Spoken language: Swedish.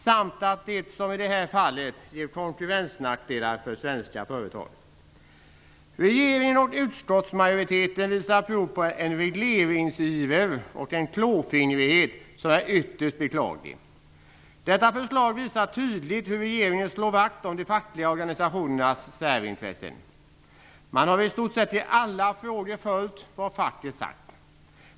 Och i det här fallet ger det konkurrensnackdelar för svenska företag. Regeringen och utskottsmajoriteten visar prov på en regleringsiver och en klåfingrighet som är ytterst beklaglig. Detta förslag visar tydligt hur regeringen slår vakt om de fackliga organisationernas särintressen. I stort sett i alla frågor har man följt det som facket har sagt.